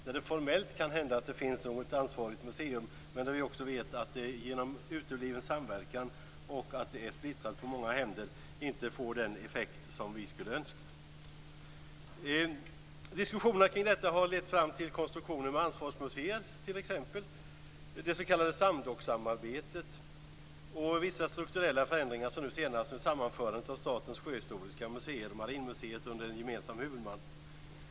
Det kan hända att det formellt finns ett ansvarigt museum, men vi vet att det genom utebliven samverkan och genom att det är splittrat på många händer inte får den effekt som vi skulle önska. Diskussionerna kring detta har lett fram till konstruktionen med ansvarsmuseer t.ex. Det gäller det s.k. SAMDOK-samarbetet och vissa strukturella förändringar, som nu senast med sammanförandet av Statens sjöhistoriska museer och Marinmuseet under en gemensam huvudman.